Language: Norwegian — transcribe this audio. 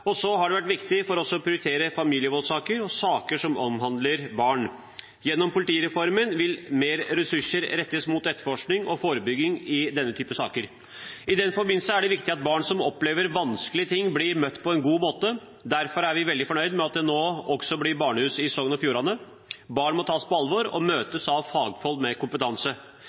Det har vært viktig for oss å prioritere familievoldssaker og saker som omhandler barn. Gjennom politireformen vil mer ressurser rettes mot etterforskning og forebygging i denne typen saker. I den forbindelse er det viktig at barn som opplever vanskelige ting, blir møtt på en god måte. Derfor er vi veldig fornøyd med at det nå også blir barnehus i Sogn og Fjordane. Barn må tas på alvor og møtes av fagfolk med kompetanse.